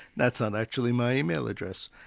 that's not actually my email address.